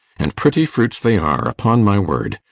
and pretty fruits they are, upon my word!